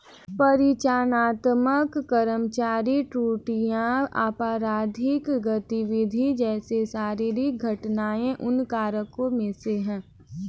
परिचालनात्मक कर्मचारी त्रुटियां, आपराधिक गतिविधि जैसे शारीरिक घटनाएं उन कारकों में से है